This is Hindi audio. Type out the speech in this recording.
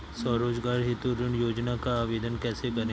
स्वरोजगार हेतु ऋण योजना का आवेदन कैसे करें?